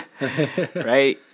right